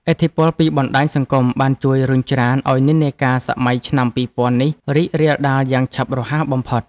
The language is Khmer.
ឥទ្ធិពលពីបណ្តាញសង្គមបានជួយរុញច្រានឱ្យនិន្នាការសម័យឆ្នាំពីរពាន់នេះរីករាលដាលយ៉ាងឆាប់រហ័សបំផុត។